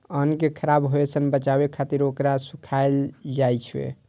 अन्न कें खराब होय सं बचाबै खातिर ओकरा सुखायल जाइ छै